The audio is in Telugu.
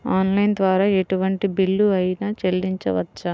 ఆన్లైన్ ద్వారా ఎటువంటి బిల్లు అయినా చెల్లించవచ్చా?